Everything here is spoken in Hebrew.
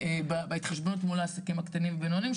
בהתחשבנות מול העסקים הקטנים והבינוניים,